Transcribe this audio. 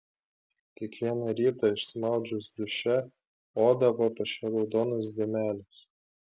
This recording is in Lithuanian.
kiekvieną rytą išsimaudžius duše odą papuošia raudonos dėmelės